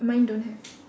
mine don't have